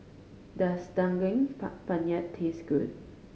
does Daging Penyet taste good